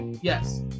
Yes